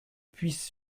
puisse